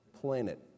planet